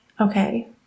okay